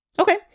Okay